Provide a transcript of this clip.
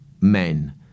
men